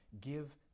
give